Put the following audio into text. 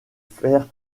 faire